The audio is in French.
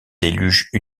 déluge